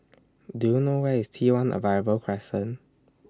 Do YOU know Where IS T one Arrival Crescent